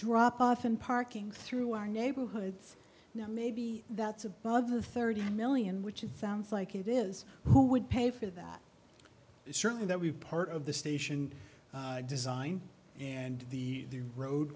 dropoff in parking through our neighborhood now maybe that's above the thirty million which it sounds like it is who would pay for that and certainly that we part of the station design and the road